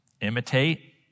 Imitate